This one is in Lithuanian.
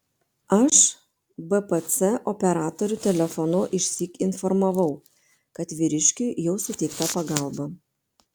aš bpc operatorių telefonu išsyk informavau kad vyriškiui jau suteikta pagalba